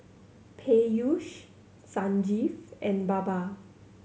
Peyush Sanjeev and Baba